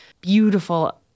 beautiful